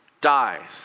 dies